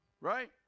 right